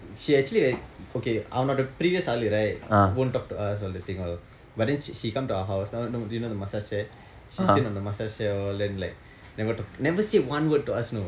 she actually like okay அவனுடைய:avanudaya previous ஆளு:aalu right won't talk to us all that thing all but then she she come to our house now do you know the massage chair she sit on the massage chair all then like never talk to never say one word to us you know